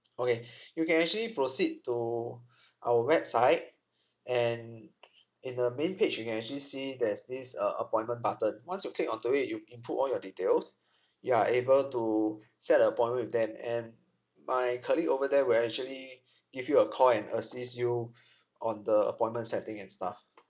okay you can actually proceed to our website and in the main page you can actually see there's this uh appointment button once you click onto it you input all your details you are able to set a appointment with them and my colleague over there will actually give you a call and assist you on the appointment setting and stuff